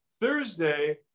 Thursday